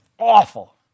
awful